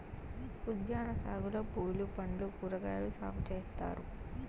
ఉద్యాన సాగులో పూలు పండ్లు కూరగాయలు సాగు చేత్తారు